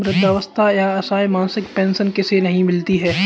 वृद्धावस्था या असहाय मासिक पेंशन किसे नहीं मिलती है?